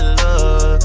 love